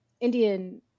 Indian